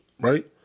right